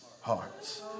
hearts